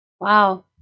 Wow